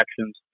actions